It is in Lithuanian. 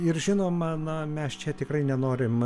ir žinoma na mes čia tikrai nenorim